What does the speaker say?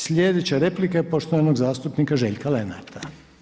Sljedeća replika je poštovanog zastupnika Željka Lenarta.